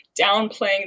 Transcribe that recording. downplaying